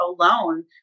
alone